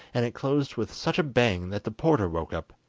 and it closed with such a bang that the porter woke up.